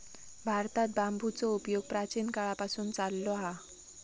भारतात बांबूचो उपयोग प्राचीन काळापासून चाललो हा